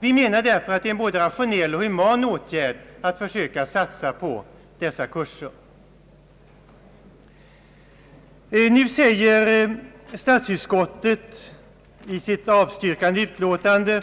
Vi menar därför att det är en både rationell och human åtgärd att försöka satsa på dessa kurser. Statsutskottet anför i sitt utlåtande